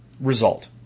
result